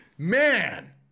man